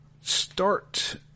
start